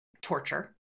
torture